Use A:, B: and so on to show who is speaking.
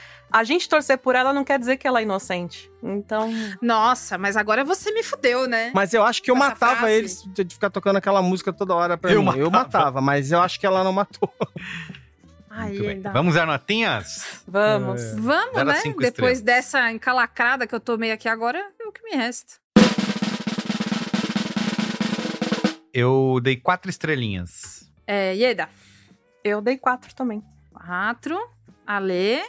A: A gente torcer por ela não quer dizer que ela é inocente. Então-
B: Nossa, mas agora você me fudeu, né?
C: Mas eu acho que eu
B: Com essa
C: matava
B: frase.
C: eles de- de ficar tocando aquela música toda hora pra
D: Eu
C: mim. Eu
D: matava.
C: matava, mas eu acho que ela não matou.
B: Ai,
D: Muito bem.
B: Ieda.
D: Vamos dar notinhas?
A: Vamos.
D: É.
B: Vamos,
D: Zero a
B: né?
D: cinco
B: Depois
D: estrelas.
B: dessa encalacrada que eu tomei aqui agora, é o que me resta.
D: Eu dei quatro estrelinhas.
B: É, Ieda?
A: Eu dei quatro também.
B: Quatro. Ale?